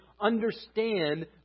understand